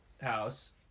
house